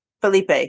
Felipe